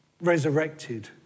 Resurrected